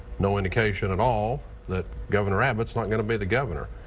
no indication at all that governor abbott is not going to be the governor.